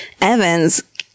Evans